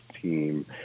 team